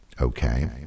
Okay